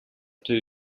two